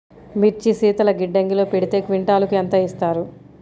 మిర్చి శీతల గిడ్డంగిలో పెడితే క్వింటాలుకు ఎంత ఇస్తారు?